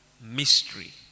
mystery